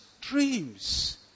dreams